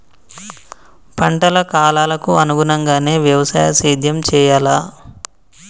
పంటల కాలాలకు అనుగుణంగానే వ్యవసాయ సేద్యం చెయ్యాలా?